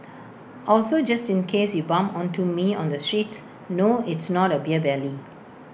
also just in case you bump onto me on the streets no it's not A beer belly